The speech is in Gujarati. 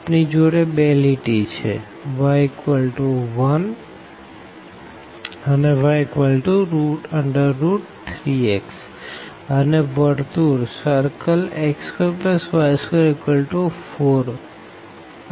આપણી જોડે 2 લાઈન છે y1 અને y3x અને સર્કલ x2y24 આ છે